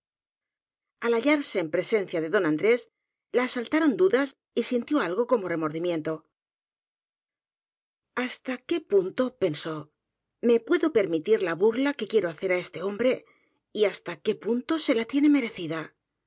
hallarse en presencia de don andrés la asal taron dudas y sintió algo como remordimiento hasta qué punto pensó me puedo permitir la burla que quiero hacer á este hombre y hasta qué punto se la tiene merecida